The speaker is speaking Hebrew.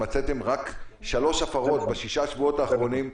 מצאתם רק שלוש הפרות בשישה שבועות האחרונים,